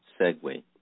segue